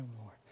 Lord